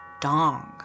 dong